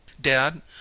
Dad